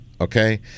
okay